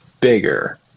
bigger